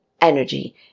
energy